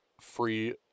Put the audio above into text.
free